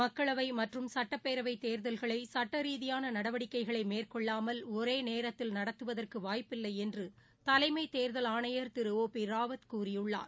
மக்களவைமற்றும் சட்டப்பேரவைத் தேர்தல்களைசட்டரீதியானநடவடிக்கைகளைமேற்கொள்ளாமல் ஒரேநேரத்தில் நடத்துவதற்குவாய்ப்பில்லைஎன்றுதலைமைதேர்தல் ஆணையர் திரு ஒ பிராவத் கூறியுள்ளார்